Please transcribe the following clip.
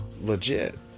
legit